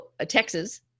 Texas